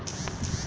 Horticulture কি?